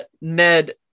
Ned